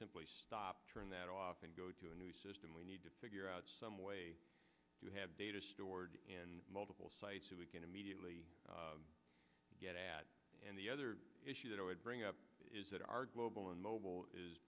simply turn that off and go to a new system we need to figure out some way to have data stored in multiple sites that we can immediately get at and the other issue that i would bring up is that our global and mobile is